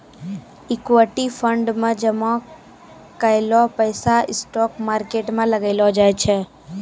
equity fund मे जामा कैलो पैसा स्टॉक मार्केट मे लगैलो जाय छै